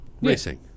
racing